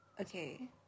Okay